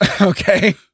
Okay